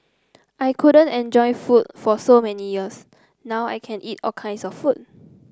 I couldn't enjoy food for so many years now I can eat all kinds of food